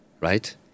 right